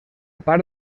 part